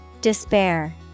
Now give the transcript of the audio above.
Despair